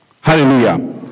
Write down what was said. Hallelujah